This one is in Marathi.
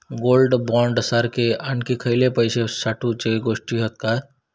गोल्ड बॉण्ड सारखे आणखी खयले पैशे साठवूचे गोष्टी हत काय?